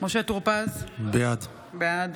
משה טור פז, בעד